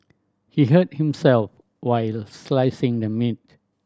he hurt himself while slicing the meat